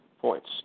points